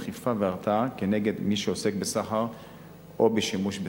אכיפה והרתעה כנגד מי שעוסק בסחר או בשימוש בסמים.